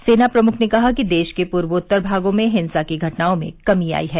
सेना प्रमुख ने कहा कि देश के पूर्वोत्तर भागों में हिंसा की घटनाओं में कमी आई है